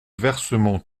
versement